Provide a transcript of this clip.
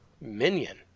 minion